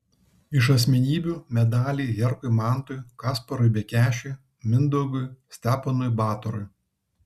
iš asmenybių medaliai herkui mantui kasparui bekešui mindaugui steponui batorui